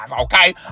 okay